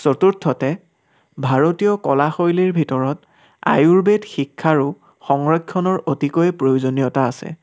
চতুৰ্থতে ভাৰতীয় কলাশৈলীৰ ভিতৰত আয়ুৰ্বেদ শিক্ষাৰো সংৰক্ষণৰ অতিকৈ প্ৰয়োজনীয়তা আছে